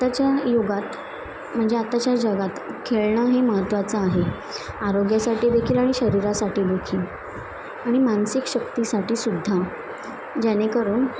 आत्ताच्या युगात म्हणजे आताच्या जगात खेळणं हे महत्त्वाचं आहे आरोग्यासाठी देखील आणि शरीरासाठी देखील आणि मानसिक शक्तीसाठी सुद्धा जेणेकरून